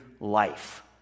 life